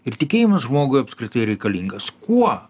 ir tikėjimas žmogui apskritai reikalingas kuo